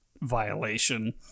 violation